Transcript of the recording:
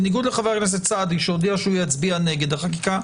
בניגוד לחבר הכנסת סעדי שהודיע שהוא יצביע נגד החקיקה,